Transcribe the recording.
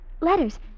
letters